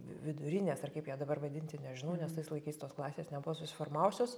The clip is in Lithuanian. vidurinės ar kaip ją dabar vadinti nežinau nes tais laikais tos klasės nebuvo susiformavusios